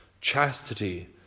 chastity